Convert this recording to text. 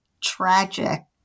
tragic